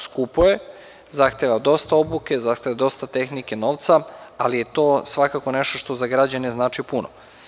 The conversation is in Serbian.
Skupo je, zahteva dosta obuke, zahteva tehnike, novca, ali je to svakako nešto što za građane znači puno.